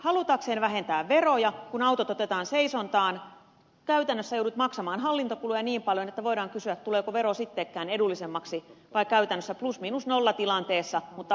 halutessasi vähentää veroja kun autot otetaan seisontaan käytännössä joudut maksamaan hallintokuluja niin paljon että voidaan kysyä tuleeko vero sittenkään edullisemmaksi vai ollaanko käytännössä plus miinus nolla tilanteessa mutta auto on vain seisonnassa